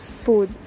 food